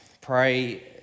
pray